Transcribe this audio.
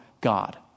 God